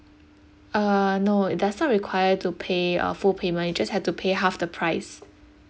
uh no it does not require to pay uh full payment you just have to pay half the price